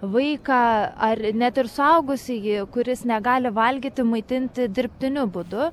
vaiką ar net ir suaugusįjį kuris negali valgyti maitinti dirbtiniu būdu